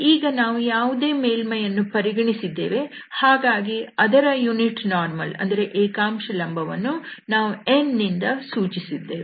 ಈಗ ನಾವು ಯಾವುದೇ ಮೇಲ್ಮೈಯನ್ನು ಪರಿಗಣಿಸಿದ್ದೇವೆ ಹಾಗಾಗಿ ಅದರ ಏಕಾಂಶ ಲಂಬ ವನ್ನು ನಾವು n ನಿಂದ ಸೂಚಿಸಿದ್ದೇವೆ